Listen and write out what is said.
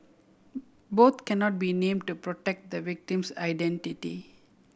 both cannot be named to protect the victim's identity